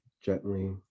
gently